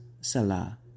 Salah